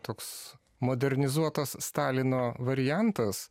toks modernizuotas stalino variantas